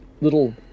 little